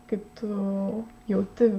kaip tu jauti